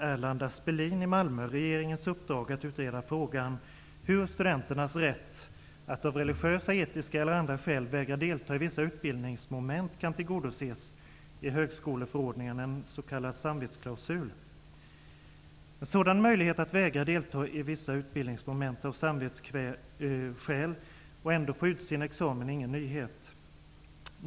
Erland Aspelin i Malmö regeringens uppdrag att utreda frågan hur studenternas rätt att av religiösa, etiska eller andra skäl vägra delta i vissa utbildningsmoment kan tillgodoses i högskoleförordningen, dvs. en s.k. samvetsklausul. En sådan möjlighet att vägra delta i vissa ubildningsmoment av samvetsskäl och ändå få ut sin examen är ingen nyhet.